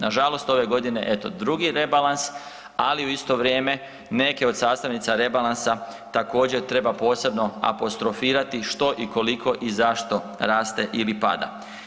Nažalost, ove godine eto drugi rebalans, ali u isto vrijeme neke od sastavnice rebalansa također treba posebno apostrofirati što i koliko i zašto raste ili pada.